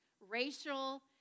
Racial